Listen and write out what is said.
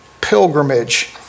pilgrimage